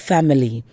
Family